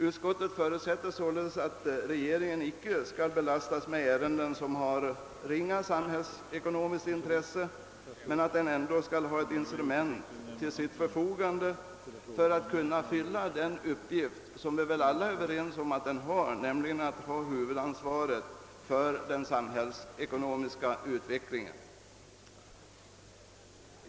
Utskot tet anser således att regeringen icke skall belastas med ärenden som har ringa samhällsekonomiskt intresse men att den ändå skall ha till sitt förfogande ett instrument för att kunna fylla den uppgift som vi väl alla är överens om, nämligen att bära huvudansvaret för den ekonomiska utvecklingen.